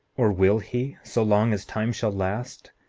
or will he, so long as time shall last,